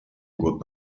год